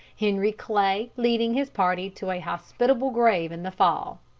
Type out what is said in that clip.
henry clay leading his party to a hospitable grave in the fall.